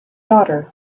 daughter